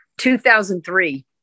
2003